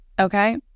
Okay